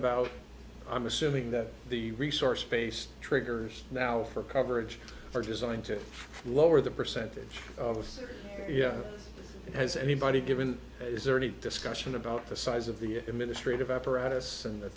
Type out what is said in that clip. about i'm assuming that the resource space triggers now for coverage are designed to lower the percentage of yeah has anybody given that is there any discussion about the size of the administrative apparatus and the